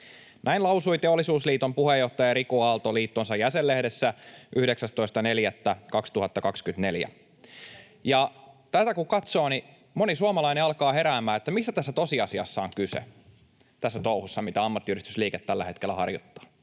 Näin lausui Teollisuusliiton puheenjohtaja Riku Aalto liittonsa jäsenlehdessä 19.4.2024. [Vasemmalta: Mitä sitten?] Ja tätä kun katsoo, niin moni suomalainen alkaa heräämään, että mistä tässä touhussa, mitä ammattiyhdistysliike tällä hetkellä harjoittaa,